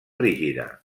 rígida